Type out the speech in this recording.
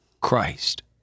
Christ